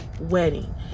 wedding